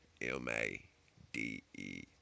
M-A-D-E